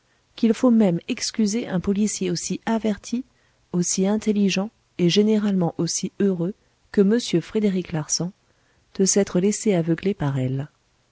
qu'il faut même excuser un policier aussi averti aussi intelligent et généralement aussi heureux que m frédéric larsan de s'être laissé aveugler par elles